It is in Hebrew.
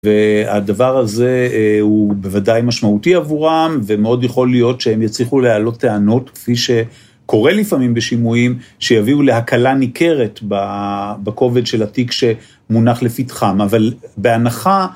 והדבר הזה הוא בוודאי משמעותי עבורם ומאוד יכול להיות שהם יצליחו להעלות טענות כפי שקורה לפעמים בשימועים שיביאו להקלה ניכרת בכובד של התיק שמונח לפתחם, אבל בהנחה